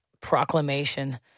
proclamation